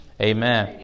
Amen